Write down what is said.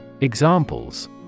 Examples